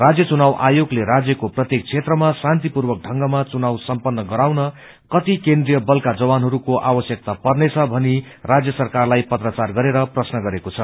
राज्य चुनाव आयोगले राज्यको प्रत्येक क्षेत्रमा शान्तिपूर्ण ढंगमा चुनाव सम्पत्र गराउन कति केन्द्रीय वलका जवानहरूको आवश्यकता पर्नेछ भनी राज्य सरकारलाई पत्राचार गरेर प्रश्न गरेको छ